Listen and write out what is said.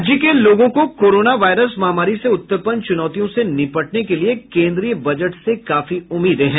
राज्य के लोगों को कोरोना वायरस महामारी से उत्पन्न चुनौतियों से निपटने के लिए कोन्द्रीय बजट से काफी उम्मीदें हैं